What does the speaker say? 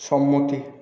সম্মতি